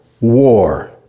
War